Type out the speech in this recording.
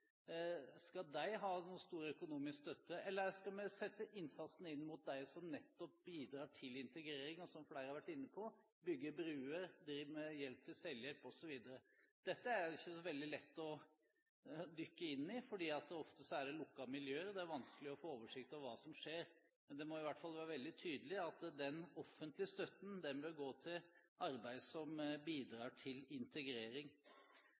Skal de ha noen stor økonomisk støtte? Eller skal vi rette innsatsen inn mot dem som nettopp bidrar til integrering, og som – som flere har vært inne på – bygger bruer, driver med hjelp til selvhjelp osv.? Dette er det ikke så veldig lett å dykke ned i, for ofte er det lukkede miljøer, og det er vanskelig å få oversikt over hva som skjer. Men det må i hvert fall være veldig tydelig at den offentlige støtten bør gå til arbeid som bidrar til integrering.